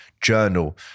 Journal